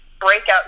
breakout